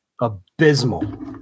Abysmal